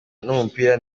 n’umupira